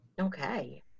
Okay